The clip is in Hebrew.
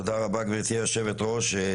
גבירתי היושבת ראש,